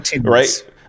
right